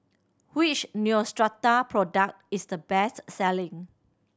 which Neostrata product is the best selling